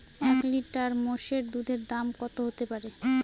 এক লিটার মোষের দুধের দাম কত হতেপারে?